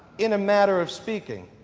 in a matter of speaking.